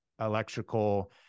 electrical